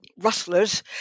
rustlers